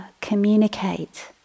communicate